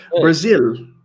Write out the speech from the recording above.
Brazil